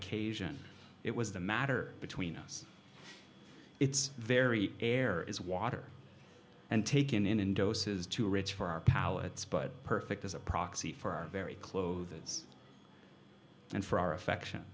occasion it was the matter between us it's very air is water and taken in and doses too rich for our palates but perfect as a proxy for our very clothes and for our affection